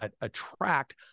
attract